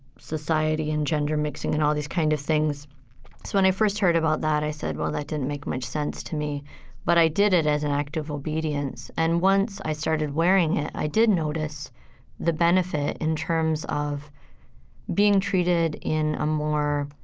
society and gender mixing and all these kind of things. so when i first heard about that, i said, well, that didn't make much sense to me but i did it as an act of obedience and once i started wearing it, i did notice the benefit in terms of being treated in a more,